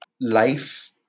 life